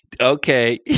Okay